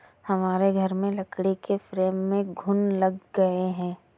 हमारे घर में लकड़ी के फ्रेम में घुन लग गए हैं